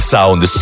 Sound